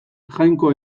jainko